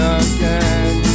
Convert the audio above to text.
again